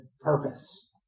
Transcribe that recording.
purpose